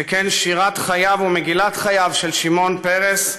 שכן שירת חייו ומגילת חייו של שמעון פרס,